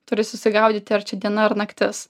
turi susigaudyti ar čia diena ar naktis